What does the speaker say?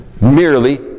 Merely